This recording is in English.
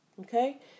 Okay